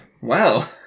Wow